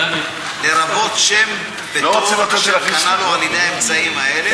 לרוות שם בטוב אשר קנה לו על-ידי האמצעים האלה.